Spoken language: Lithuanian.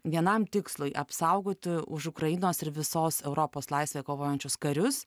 vienam tikslui apsaugoti už ukrainos ir visos europos laisvę kovojančius karius